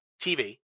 TV